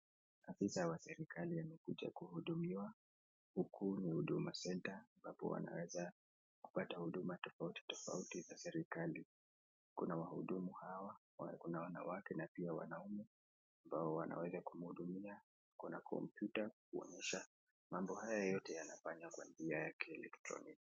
Afisa wa serikali wamekuja kuhudumiwa huku huduma centa ambapo wanaweza kupata huduma tofauti tofauti za serikali Kuna wahudumu Hawa Kuna wanawake na pia wanaume ambao wanaweza kumhudumiwa. Kuna kompyuta kuonyesha kuwa mambo haya yote yanafanywa kwa njia ya kielektroniki.